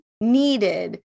needed